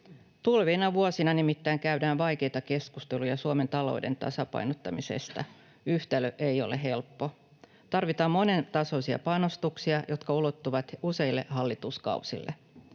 Tulevina vuosina nimittäin käydään vaikeita keskusteluja Suomen talouden tasapainottamisesta. Yhtälö ei ole helppo. Tarvitaan monentasoisia panostuksia, jotka ulottuvat useille hallituskausille.